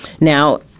Now